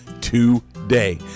today